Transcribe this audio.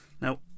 Now